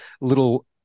little